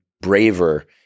braver